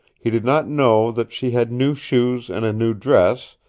he did not know that she had new shoes and a new dress,